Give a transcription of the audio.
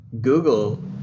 Google